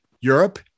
Europe